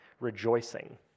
rejoicing